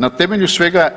Na temelju svega